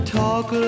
talk